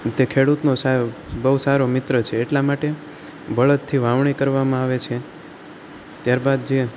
તે ખેડૂતનો બહુ સારો મિત્ર છે એટલા માટે બળદથી વાવણી કરવામાં આવે છે ત્યારબાદ જે